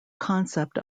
concept